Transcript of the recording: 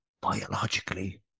biologically